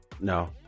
No